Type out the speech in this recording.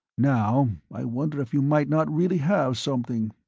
now i wonder if you might not really have something.